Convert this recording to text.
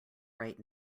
right